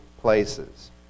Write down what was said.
places